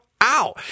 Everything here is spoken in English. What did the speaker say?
Ow